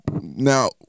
now